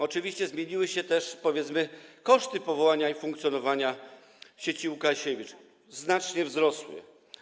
Oczywiście zmieniły się też, powiedzmy, koszty powołania i funkcjonowania sieci Łukasiewicz - one znacznie wzrosły.